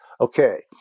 Okay